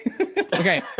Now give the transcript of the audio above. Okay